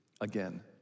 again